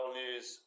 news